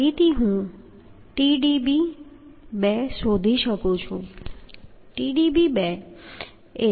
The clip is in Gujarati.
ફરીથી હું Tdb2 શોધી શકું છું